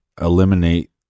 eliminate